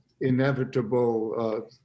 inevitable